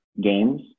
games